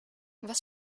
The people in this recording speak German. was